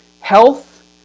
Health